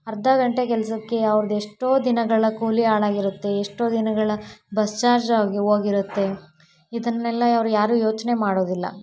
ಅರ್ಧ ಗಂಟೆ ಕೆಲಸಕ್ಕೆ ಅವ್ರ್ದು ಎಷ್ಟೋ ದಿನಗಳ ಕೂಲಿ ಹಾಳಾಗಿರತ್ತೆ ಎಷ್ಟೋ ದಿನಗಳ ಬಸ್ ಚಾರ್ಜ್ ಆಗಿ ಹೋಗಿರತ್ತೆ ಇದನ್ನೆಲ್ಲ ಅವ್ರು ಯಾರೂ ಯೋಚನೆ ಮಾಡೋದಿಲ್ಲ